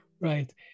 Right